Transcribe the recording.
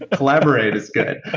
collaborate is good.